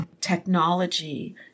technology